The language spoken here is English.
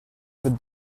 with